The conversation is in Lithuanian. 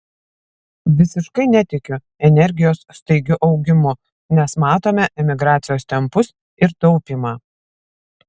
visiškai netikiu energijos staigiu augimu nes matome emigracijos tempus ir taupymą